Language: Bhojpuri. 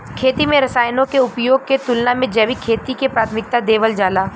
खेती में रसायनों के उपयोग के तुलना में जैविक खेती के प्राथमिकता देवल जाला